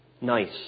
nice